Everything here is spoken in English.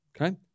okay